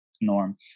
norm